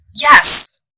Yes